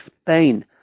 Spain